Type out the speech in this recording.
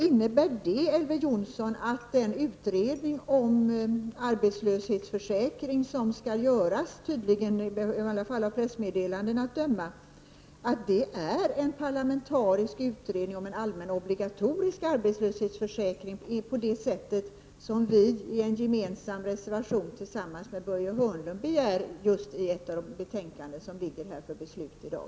Innebär det, Elver Jonsson, att den utredning om arbetslöshetsförsäkringen som tydligen skall göras — i varje fall att döma av pressmeddelanden — är en parlamentarisk utredning i fråga om den allmänna obligatoriska arbetslöshetsförsäkringen i överensstämmelse med vad vi säger i en reservation som vi har gemensam med Börje Hörnlund och som återfinns i ett av de betänkanden som vi i dag skall fatta beslut om?